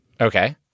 okay